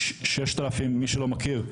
למי שלא מכיר,